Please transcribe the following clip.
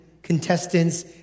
contestants